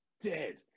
dead